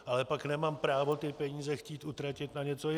Ale pak nemám právo ty peníze chtít utratit na něco jiného.